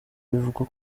bivugwa